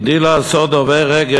הגדיל לעשות דובר "אגד",